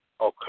Okay